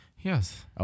Yes